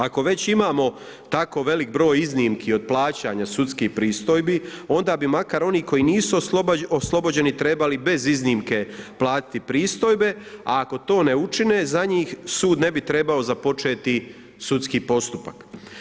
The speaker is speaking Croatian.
Ako već imamo tako velik broj iznimki od plaćanja sudskih pristojbi onda bi makar oni koji nisu oslobođeni, trebali bez iznimke platiti pristojbe, ako to ne učine, za njih sud ne bi trebao započeti sudski postupak.